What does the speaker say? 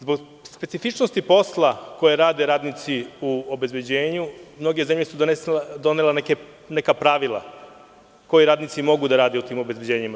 Zbog specifičnosti posla koje rade radnici u obezbeđenju, mnoge zemlje su donele neka pravila koje radnici mogu da rade u tim obezbeđenjima.